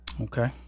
Okay